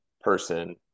Person